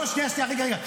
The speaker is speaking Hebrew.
זה לא בהכרח מעודד תעסוקה.